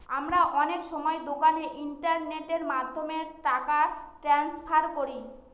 আমরা অনেক সময় দোকানে ইন্টারনেটের মাধ্যমে টাকা ট্রান্সফার করি